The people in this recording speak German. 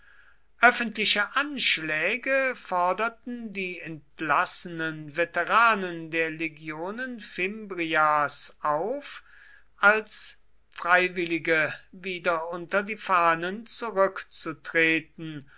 öffentliche anschläge forderten die entlassenen veteranen der legionen fimbrias auf als freiwillige wieder unter die fahnen zurückzutreten